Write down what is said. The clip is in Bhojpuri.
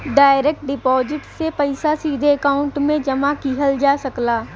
डायरेक्ट डिपोजिट से पइसा सीधे अकांउट में जमा किहल जा सकला